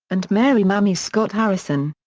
and mary mamie scott harrison.